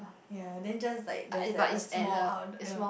ya then just like just have a small outdoor ya